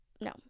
no